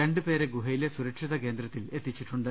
രണ്ടുപേരെ ഗുഹയിലെ സുര ക്ഷിത കേന്ദ്രത്തിൽ എത്തിച്ചിട്ടുണ്ട്